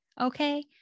Okay